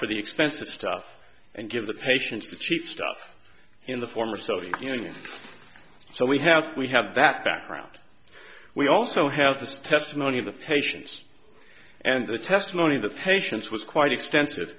for the expensive stuff and give the patients the cheap stuff in the former soviet union so we have we have that background we also have this testimony of the patients and the testimony of the patients was quite extensive